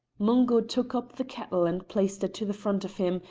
mungo took up the kettle and placed it to the front of him,